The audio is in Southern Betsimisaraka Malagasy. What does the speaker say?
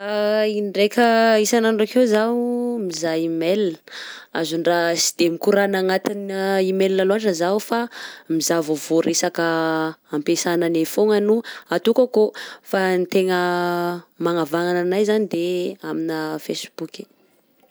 Indraika isanandro akeo zao mizaha email, azon-draha sy de mikorana anatina email lôtra zaho fa mizaha vaovao resaka ampesananay fôgna no atao akao fa ny tegna magnavagnana anahy zany de amina Facebook.